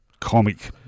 comic